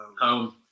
Home